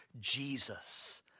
Jesus